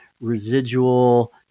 residual